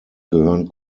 gehören